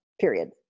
period